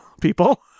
people